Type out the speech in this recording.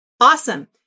Awesome